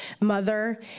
Mother